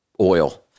oil